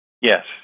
Yes